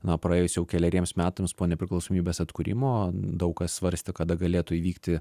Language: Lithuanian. na praėjus jau keleriems metams po nepriklausomybės atkūrimo daug kas svarstė kada galėtų įvykti